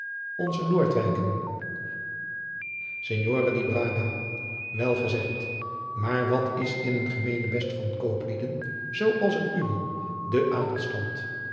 onze noordwijken signore di braga wel gezegd maar wat is in een gemeenebest van kooplieden zoo als het uwe de